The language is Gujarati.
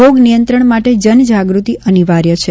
રોગ નિયંત્રણ માટે જનજાગ્રતિ અનિવાર્ય છે